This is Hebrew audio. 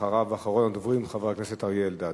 אחריו, אחרון הדוברים, חבר הכנסת אריה אלדד.